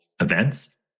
events